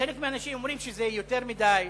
חלק מהאנשים אומרים שזה יותר מדי,